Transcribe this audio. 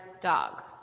dog